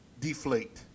deflate